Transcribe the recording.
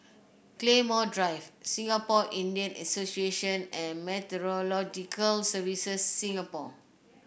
Claymore Drive Singapore Indian Association and Meteorological Services Singapore